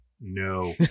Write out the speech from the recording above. No